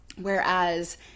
Whereas